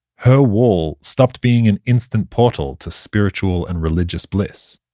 her wall stopped being an instant portal to spiritual and religious bliss.